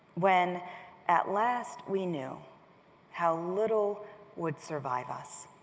when at last we know how little would survive us,